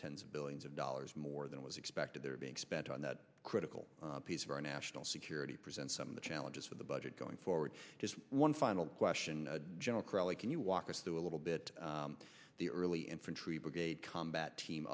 tens of billions of dollars more than was expected they're being spent on that critical piece of our national security presents some of the challenges for the budget going forward just one final question general crowley can you walk us through a little bit the early infantry brigade combat team